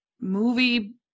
movie